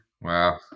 Wow